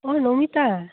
অঁ নমিতা